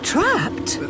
Trapped